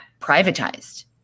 privatized